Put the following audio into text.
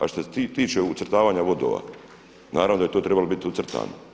A što se tiče ucrtavanja vodova, naravno da je to trebalo biti ucrtano.